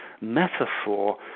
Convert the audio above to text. metaphor